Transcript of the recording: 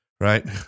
right